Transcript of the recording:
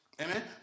Amen